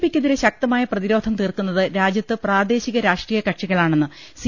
P ക്കെതിരെ ശക്തമായ പ്രതിരോധം തീർക്കുന്നത് രാജ്യത്ത് പ്രാദേശിക രാഷ്ട്രീയ കക്ഷികളാണെന്ന് സി